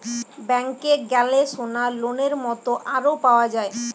ব্যাংকে গ্যালে সোনার লোনের মত আরো পাওয়া যায়